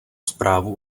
zprávu